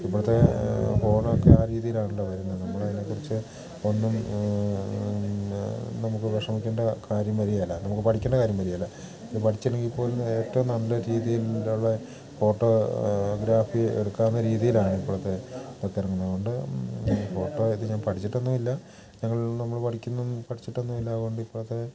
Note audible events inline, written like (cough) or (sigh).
ഇപ്പോഴത്തെ ഫോണൊക്കെ ആ രീതിയിലാണല്ലോ വരുന്നത് നമ്മളതിനെക്കുറിച്ച് ഒന്നും നമുക്ക് വിഷമിക്കേണ്ട കാര്യം വരിയേല നമുക്ക് പഠിക്കേണ്ട കാര്യം വരിയേല ഇത് പഠിച്ചില്ലെങ്കിൽ പോലും ഏറ്റവും നല്ല രീതിയിലുള്ള ഫോട്ടോ ഗ്രാഫി എടുക്കാവുന്ന രീതിയിലാണ് ഇപ്പോഴത്തെ (unintelligible) ഫോട്ടോ ഇത് ഞാൻ പഠിച്ചിട്ടൊന്നും ഇല്ല ഞങ്ങൾ നമ്മൾ പഠിക്കുന്ന പഠിച്ചിട്ടൊന്നും ഇല്ല അതുകൊണ്ട് ഇപ്പോഴത്തെ